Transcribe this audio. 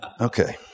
Okay